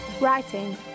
writing